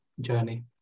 journey